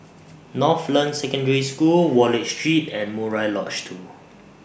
Northland Secondary School Wallich Street and Murai Lodge two